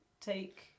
take